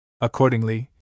Accordingly